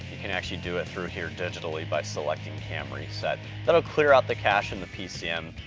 you can actually do it through here digitally by selecting kam reset. that'll clear out the cache in the pcm,